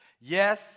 Yes